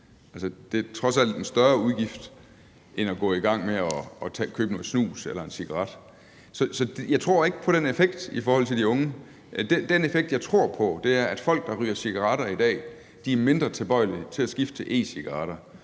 det er trods alt en større udgift end at gå i gang med at købe noget snus eller en cigaret. Så jeg tror ikke på den effekt i forhold til de unge. Den effekt, jeg tror på, er, at folk, der ryger cigaretter i dag, er mindre tilbøjelige til at skifte til e-cigaretter.